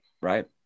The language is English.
Right